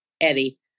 Eddie